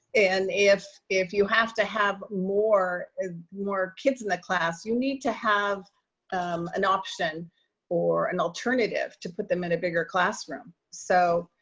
and if if you have to have more ah more kids in the class, you need to have an option or an alternative to put them in a bigger classroom. so,